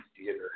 theater